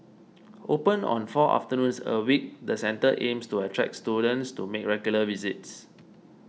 open on four afternoons a week the centre aims to attract students to make regular visits